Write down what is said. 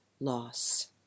loss